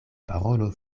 parolo